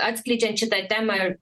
atskleidžiant šitą temą ir